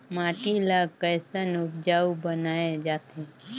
माटी ला कैसन उपजाऊ बनाय जाथे?